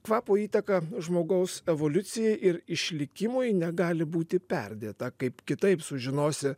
kvapo įtaką žmogaus evoliucijai ir išlikimui negali būti perdėta kaip kitaip sužinosi